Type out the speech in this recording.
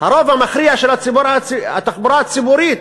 הרוב המכריע של התחבורה הציבורית,